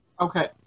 Okay